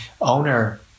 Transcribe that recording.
owner